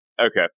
Okay